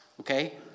Okay